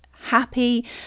happy